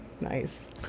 Nice